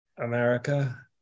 America